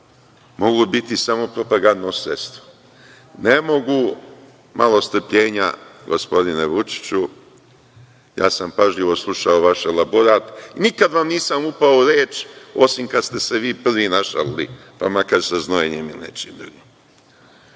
mogu biti samo propagandno sredstvo. Ne mogu, malo strpljenja gospodine Vučiću, ja sam pažljivo slušao vaše elaborat, nikada vam nisam upao u reč osim kada ste se vi prvi našalili, pa makar se znojenjem ili nečim drugim. Dakle,